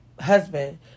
husband